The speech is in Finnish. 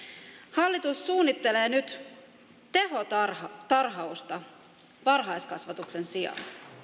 hallitus suunnittelee nyt tehotarhausta tehotarhausta varhaiskasvatuksen sijaan